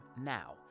now